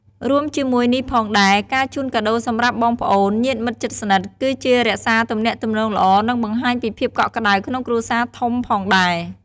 រួមជាមួយនេះផងដែរ ការជូនកាដូរសម្រាប់បងប្អូន (ញាតិមិត្តជិតស្និទ្ធ)គឺជារក្សាទំនាក់ទំនងល្អ និងបង្ហាញពីភាពកក់ក្ដៅក្នុងគ្រួសារធំផងដែរ។